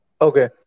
Okay